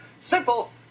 simple